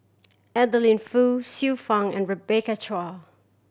Adeline Foo Xiu Fang and Rebecca Chua